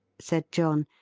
said john.